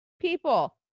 people